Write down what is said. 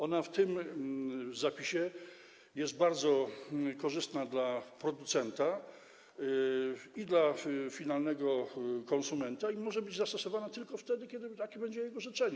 Ona przy takim zapisie jest bardzo korzystna dla producenta i dla finalnego konsumenta, może być zastosowana tylko wtedy, kiedy takie będzie jego życzenie.